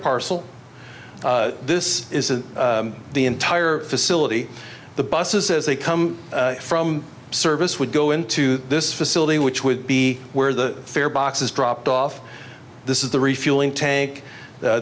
parcel this is the entire facility the buses as they come from service would go into this facility which would be where the fare boxes dropped off this is the refueling tank